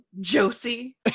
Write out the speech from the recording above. Josie